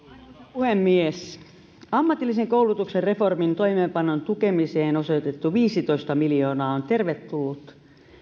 puhemies ammatillisen koulutuksen reformin toimeenpanon tukemiseen osoitettu viisitoista miljoonaa on tervetullut